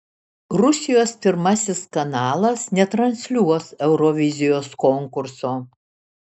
rusijos pirmasis kanalas netransliuos eurovizijos konkurso